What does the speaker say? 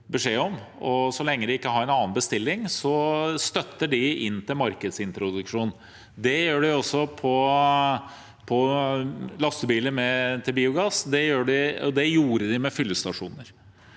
Så lenge de ikke har en annen bestilling, støtter de inn til markedsintroduksjon. Det gjør de også på lastebiler med biogass, og det gjorde de med fyllestasjoner.